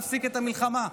להפסיק את המלחמה,